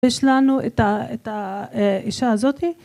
יש לנו את האישה הזאתי